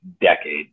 decade